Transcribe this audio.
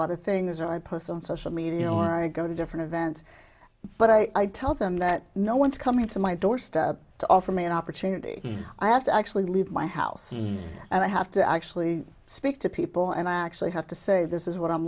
know our i go to different events but i tell them that no one's coming to my doorstep to offer me an opportunity i have to actually leave my house and i have to actually speak to people and i actually have to say this is what i'm